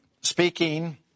speaking